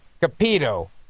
Capito